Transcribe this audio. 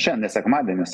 šian ne sekmadienis